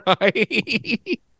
Right